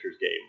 game